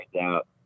out